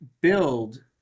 build